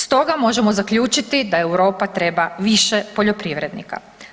Stoga možemo zaključiti da Europa treba više poljoprivrednika.